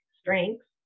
strengths